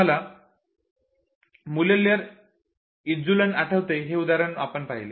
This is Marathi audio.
तुम्हाला मुलर ल्येर इल्लूजन आठवते जे उदाहरण आपण पाहिले